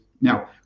Now